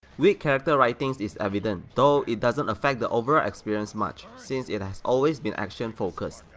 weak character writings is evident, though it doesn't affect the overall experience much since it has always been action-focused.